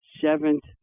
seventh